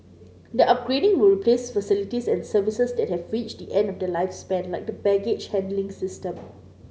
the upgrading will replace facilities and services that have reached the end of their lifespan like the baggage handling system